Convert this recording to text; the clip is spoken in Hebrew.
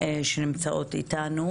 שנמצאות איתנו.